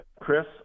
Chris